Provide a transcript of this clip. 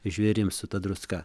žvėrims su ta druska